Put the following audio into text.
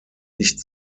nicht